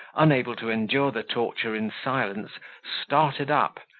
unable to endure the torture in silence started up,